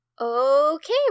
Okay